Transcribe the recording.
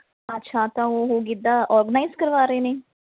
ਅੱਛਾ ਤਾਂ ਉਹ ਗਿੱਧਾ ਔਰਗਨਾਈਜ਼ ਕਰਵਾ ਰਹੇ ਨੇ